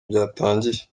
byatangiye